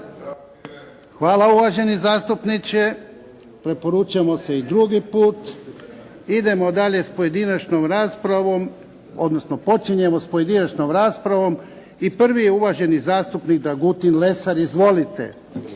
Hvala uvaženi zastupniče. Preporučamo se i drugi put. Idemo dalje s pojedinačnom raspravom odnosno počinjemo s pojedinačnom raspravom i prvi je uvaženi zastupnik Dragutin Lesar. Izvolite.